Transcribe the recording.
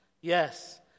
Yes